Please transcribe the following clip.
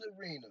arena